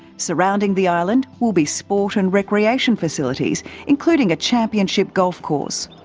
surrounding the island will be sport and recreation facilities, including a championship golf course.